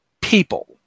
people